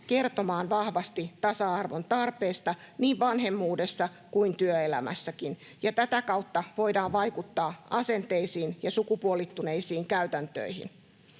kertomaan vahvasti tasa-arvon tarpeesta niin vanhemmuudessa kuin työelämässäkin, ja tätä kautta voidaan vaikuttaa asenteisiin ja sukupuolittuneisiin käytäntöihin.